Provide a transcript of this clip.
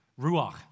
Ruach